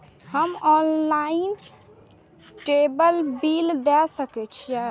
हम online table bill दे सके छी?